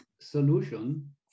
solution